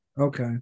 Okay